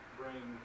bring